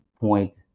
point